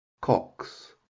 cox